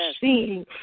seeing